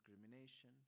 discrimination